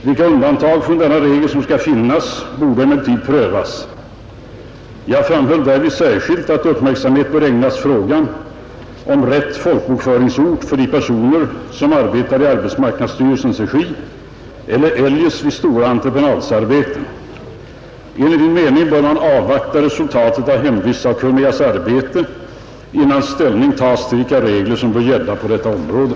Vilka undantag från denna regel som skall finnas borde emellertid prövas. Jag framhöll därvid särskilt att uppmärksamhet borde ägnas frågan om rätt folkbokföringsort för de personer som arbetar i arbetsmarknadsstyrelsens regi eller eljest vid stora entreprenadarbeten. Enligt min mening bör man avvakta resultatet av hemvistsakkunnigas arbete innan ställning tas till vilka regler som bör gälla på detta område.